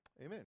Amen